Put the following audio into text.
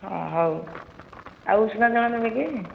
ହଁ ହେଉ ଆଉ ଉଷୁନା ଚାଉଳ ନେବେ କି